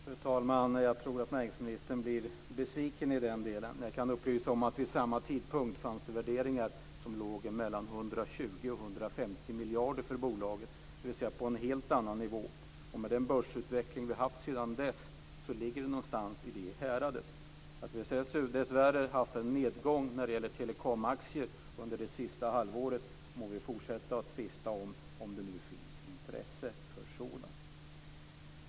Fru talman! Jag tror att näringsministern blir besviken i den delen. Jag kan upplysa om att det vid samma tidpunkt fanns värderingar som låg på mellan 120 miljarder och 150 miljarder kronor för bolaget, dvs. på en helt annan nivå. Med den börsutveckling som vi har haft sedan dess ligger det någonstans i det häradet. Att vi sedan dessvärre har haft en nedgång när det gäller telekomaktier under det sista halvåret må vi fortsätta att tvista om, om det nu finns intresse för sådant.